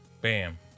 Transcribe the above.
Bam